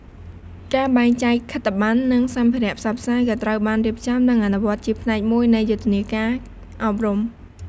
ការបែងចែកខិត្តបណ្ណ និងសម្ភារៈផ្សព្វផ្សាយក៏ត្រូវបានរៀបចំ និងអនុវត្តជាផ្នែកមួយនៃយុទ្ធនាការអប់រំ។